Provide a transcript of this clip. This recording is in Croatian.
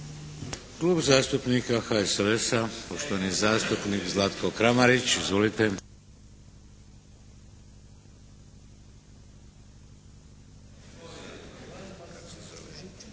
Klub zastupnika HSLS-a poštovani zastupnik Zlatko Kramarić. Izvolite.